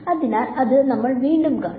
അതിനാൽ അത് വീണ്ടും നമ്മൾ കാണും